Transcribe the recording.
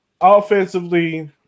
offensively